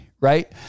right